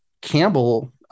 Campbell